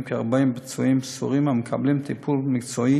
כ-40 פצועים סורים ומקבלים טיפול מקצועי